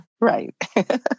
Right